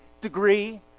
degree